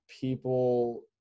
people